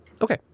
Okay